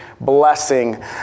blessing